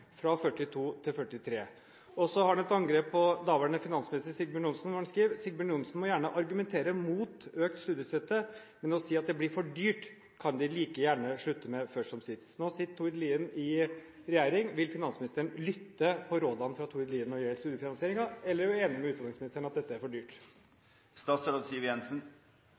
fra 42 til 43.» Og så har han et angrep på daværende finansminister Sigbjørn Johnsen når han skriver: «… Sigbjørn Johnsen må gjerne argumentere mot økt studiestøtte, men å si at det blir for dyrt kan de like gjerne slutte med først som sist.» Nå sitter Tord Lien i regjering. Vil finansministeren lytte til rådene fra Tord Lien når det gjelder studiefinansieringen, eller er hun enig med kunnskapsministeren i at dette er for dyrt?